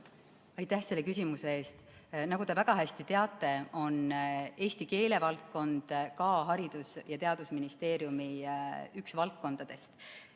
Aitäh selle küsimuse eest! Nagu te väga hästi teate, on eesti keele valdkond üks Haridus- ja Teadusministeeriumi valdkondadest.